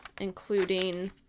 Including